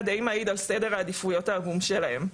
זה די מעיד על סדר העדיפויות העגום שלהם.